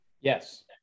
Yes